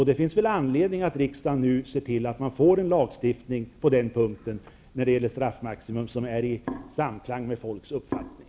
Det finns anledning att riksdagen nu ser till att få en lagstiftning som vad gäller straffmaximum är i samklang med människors rättsuppfattning.